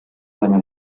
seine